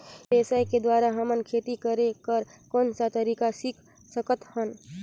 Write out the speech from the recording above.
ई व्यवसाय के द्वारा हमन खेती करे कर कौन का तरीका सीख सकत हन?